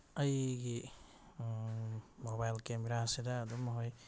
ꯑꯩꯒꯤ ꯃꯣꯕꯥꯏꯜ ꯀꯦꯝꯃꯦꯔꯥꯁꯤꯗ ꯑꯗꯨꯝ ꯍꯣꯏ